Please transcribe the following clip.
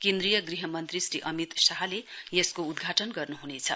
केन्द्रीय गृह मन्त्री श्री अमित शाहले यसको उदघाटन गर्नु हुनेछ